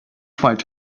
find